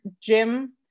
gym